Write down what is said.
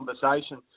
conversation